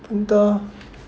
winter